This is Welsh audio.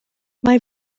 mae